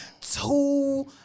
Two